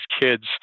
kids